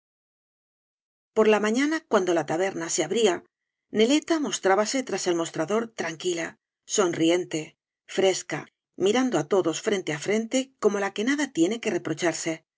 por la mafiana cuando la taberna se abría neleta mostrábase tras el mostrador tranquila sonriente fresca mirando á todos frente á frente como la que nada tiene que reprocharse